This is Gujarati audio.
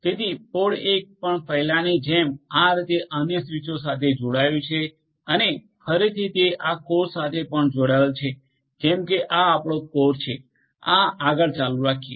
તેથી પોડ 1 પણ પહેલાની જેમ આ રીતે અન્ય સ્વીચો સાથે જોડાય છે અને ફરીથી તે આ કોર સાથે પણ જોડાયેલ છે જેમ કે આ આપણો કોર છે આ આગળ ચાલુ રાખીએ